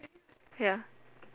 ya